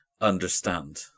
understand